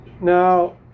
Now